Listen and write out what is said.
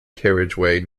carriageway